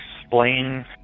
explain